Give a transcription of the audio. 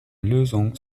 lösung